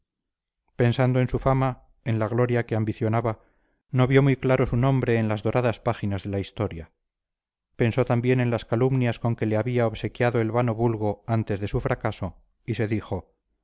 pensando en su fama en la gloria que ambicionaba no vio muy claro su nombre en las doradas páginas de la historia pensó también en las calumnias con que le había obsequiado el vano vulgo antes de su fracaso y se dijo